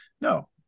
no